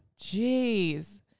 Jeez